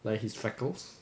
like his freckles